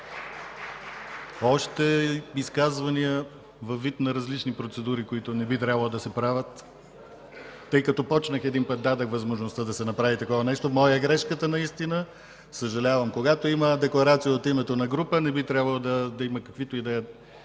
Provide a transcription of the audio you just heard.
Още изказвания във вид на различни процедури, които не би трябвало да се правят? Тъй като почнах един път, дадох възможността да се направи такова нещо, моя е грешката наистина, съжалявам. Когато има декларация от името на група, не би трябвало да има каквито и